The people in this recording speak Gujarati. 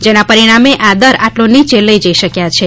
જેના પરિણામે આ દર આટલો નીચે લઇ જઇ શક્યા છીએ